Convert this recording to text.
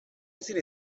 ezin